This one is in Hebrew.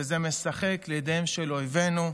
זה משחק לידיהם של אויבינו,